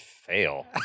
fail